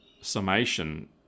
summation